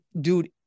Dude